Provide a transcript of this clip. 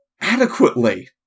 adequately